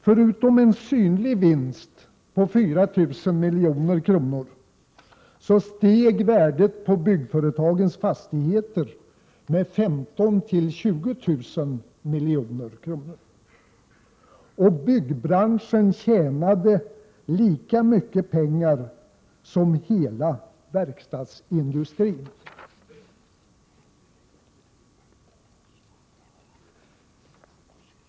Förutom en synlig vinst på 4 000 milj.kr. steg värdet på byggföretagens fastigheter med 15 000—20 000 milj.kr., och byggbranschen tjänade lika mycket pengar som hela verkstadsindustrin.